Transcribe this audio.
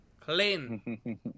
clean